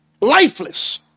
Lifeless